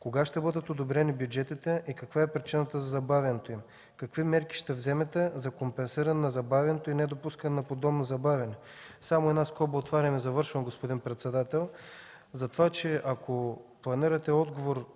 Кога ще бъдат одобрени бюджетите и каква е причината за забавянето им? Какви мерки ще вземете за компенсиране на забавянето и недопускане на друго подобно забавяне? Само една скоба отварям и завършвам, господин председател, за това, че ако планирате отговор